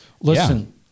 Listen